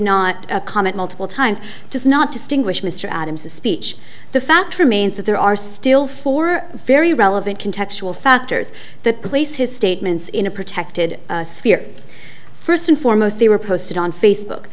not comment multiple times does not distinguish mr adams a speech the fact remains that there are still four very relevant can textual factors that place his statements in a protected spear first and foremost they were posted on facebook